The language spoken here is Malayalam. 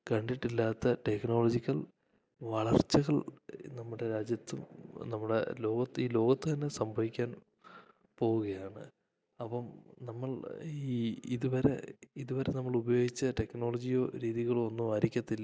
കണ്ടിട്ടില്ലാത്ത ടെക്നോളോജിക്കൽ വളർച്ചകൾ നമ്മുടെ രാജ്യത്തും നമ്മുടെ ലോകത്ത് ഈ ലോകത്ത് തന്നെ സംഭവിക്കാൻ പോവുകയാണ് അപ്പം നമ്മൾ ഈ ഇതുവരെ ഇതുവരെ നമ്മൾ ഉപയോഗിച്ച ടെക്നോളോജിയോ രീതികളോ ഒന്നും ആയിരിക്കത്തില്ല